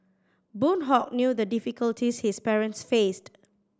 Boon Hock knew the difficulties his parents faced